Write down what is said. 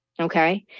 Okay